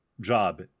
job